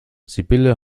sibylle